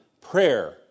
prayer